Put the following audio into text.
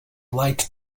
light